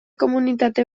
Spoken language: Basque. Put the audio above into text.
komunitate